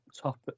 top